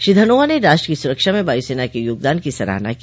श्री धनोआ ने राष्ट्र की सुरक्षा में वायुसेना के योगदान की सराहना की